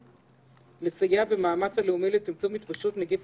אני מסכים איתך.